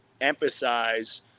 emphasize